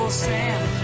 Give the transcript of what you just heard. sand